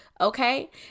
Okay